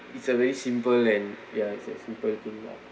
it's a very simple and ya it's that simple to me ah